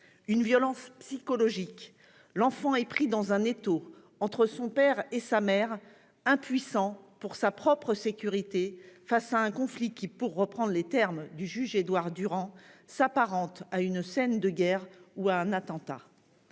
d'une violence psychologique : l'enfant est pris dans un étau entre son père et sa mère, impuissant, inquiet pour sa propre sécurité face à un conflit qui, pour reprendre les termes du juge Édouard Durand, s'apparente à une scène de guerre ou à un attentat.